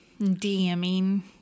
DMing